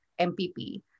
MPP